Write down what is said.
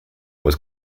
was